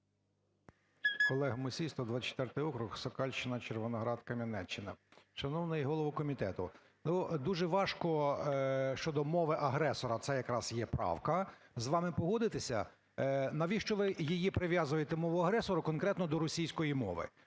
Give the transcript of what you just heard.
Олег Мусій, 124-й округ, Сокальщина, Червоноград, Кам'янеччина. Шановний голово комітету, ну, дуже важко щодо мови агресора – це якраз є правка – з вами погодитися. Навіщо ви її прив'язуєте, мову агресора, конкретно до російської мови?